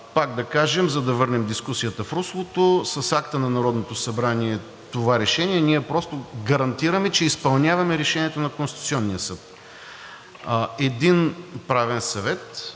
Пак да кажем, за да върнем дискусията в руслото, с акта на Народното събрание – това решение, ние просто гарантираме, че изпълняваме решението на Конституционния съд. Един правен съвет,